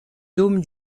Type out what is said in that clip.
dôme